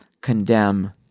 condemn